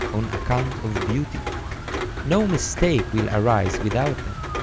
on account of beauty no mistake will arise without them.